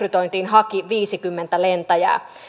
lentäjärekrytointiin haki viisikymmentä lentäjää